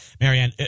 Marianne